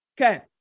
Okay